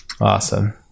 Awesome